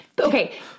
Okay